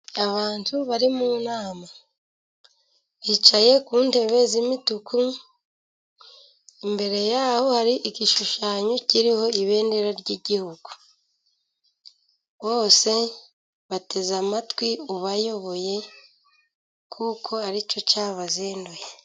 Abantu bari mu nama bicaye ku ntebe z'imituku, imbere yaho hari igishushanyo kiriho ibendera ry'igihugu, bose bateze amatwi ubayoboye kuko aricyo cyabazinduye.